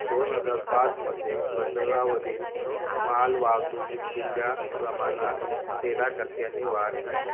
दोन हजार पाचमध्ये बंदरावरील मालवाहतुकीच्या प्रमाणात तेरा टक्क्यांनी वाढ झाली